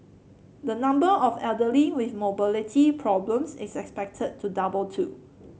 the number of elderly with mobility problems is expected to double too